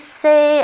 say